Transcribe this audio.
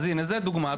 אז הנה, זו דוגמה.